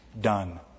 Done